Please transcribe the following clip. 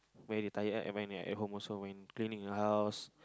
very tired right and when you're at home also when cleaning the house